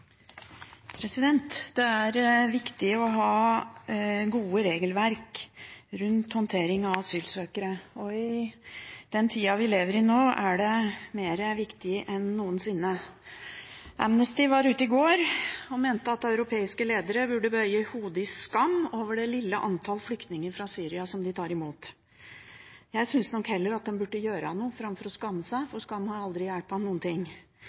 Det er viktig å ha gode regelverk rundt håndteringen av asylsøkere, og i den tida vi lever i nå, er det mer viktig enn noensinne. Amnesty var ute forleden og mente at europeiske ledere burde «bøye hodet i skam» over det lille antallet flyktninger fra Syria som de tar imot. Jeg syns nok heller at de burde gjøre noe framfor å skamme seg, for skam har aldri